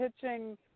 pitching